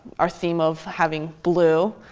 our theme of having blue.